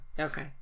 Okay